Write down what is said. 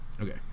Okay